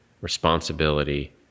responsibility